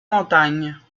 montagnes